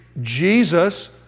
Jesus